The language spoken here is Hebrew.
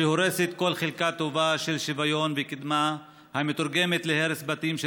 שהורסת כל חלקה טובה של שוויון וקדמה ומתורגמת להרס בתים של